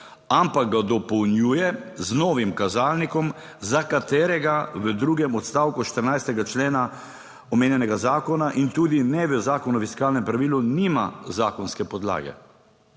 ampak ga dopolnjuje z novim kazalnikom, za katerega v drugem odstavku 14. člena omenjenega zakona in tudi ne v Zakonu o fiskalnem pravilu nima zakonske podlage.